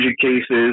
cases